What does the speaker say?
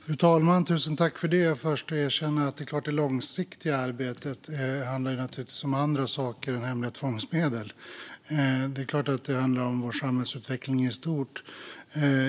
Fru talman! Det är klart att det långsiktiga arbetet handlar om andra saker än hemliga tvångsmedel. Det handlar naturligtvis om samhällsutvecklingen i stort.